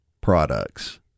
products